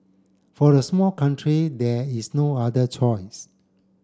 for a small country there is no other choice